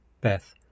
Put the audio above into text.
Beth